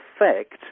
effect